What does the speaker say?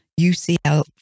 UCL